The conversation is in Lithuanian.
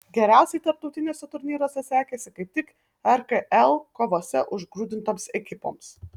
geriausiai tarptautiniuose turnyruose sekėsi kaip tik rkl kovose užgrūdintoms ekipoms